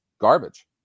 garbage